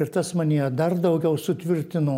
ir tas manyje dar daugiau sutvirtino